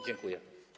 Dziękuję.